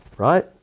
Right